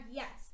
yes